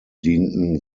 dienten